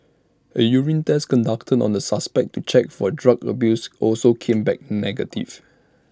A urine test conducted on the suspect to check for drug abuse also came back negative